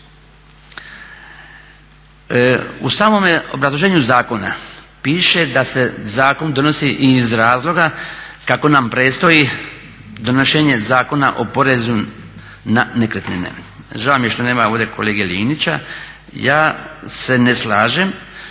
U samome obrazloženju zakona piše da se zakon donosi iz razloga kako nam predstoji donošenje Zakona o porezu na nekretnine. Žao mi je što nema ovdje kolege Linića. Ja se ne slažem